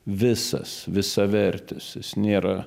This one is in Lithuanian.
visas visavertis jis nėra